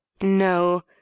No